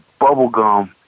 bubblegum